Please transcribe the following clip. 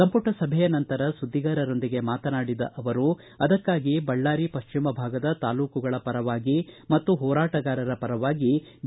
ಸಂಪುಟ ಸಭೆಯ ನಂತರ ಸುದ್ದಿಗಾರರೊಂದಿಗೆ ಮಾತನಾಡಿದ ಅವರು ಅದಕ್ಕಾಗಿ ಬಳ್ಳಾರಿ ಪಶ್ಚಿಮ ಭಾಗದ ತಾಲೂಕುಗಳ ಪರವಾಗಿ ಮತ್ತು ಹೋರಾಟಗಾರರ ಪರವಾಗಿ ಬಿ